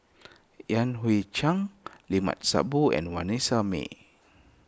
Yan Hui Chang Limat Sabtu and Vanessa Mae